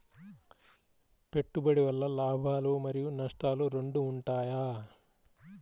పెట్టుబడి వల్ల లాభాలు మరియు నష్టాలు రెండు ఉంటాయా?